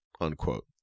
unquote